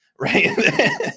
right